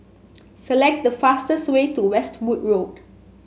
select the fastest way to Westwood Road